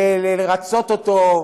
לרצות אותו,